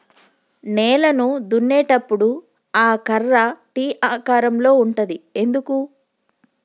నేలను దున్నేటప్పుడు ఆ కర్ర టీ ఆకారం లో ఉంటది ఎందుకు?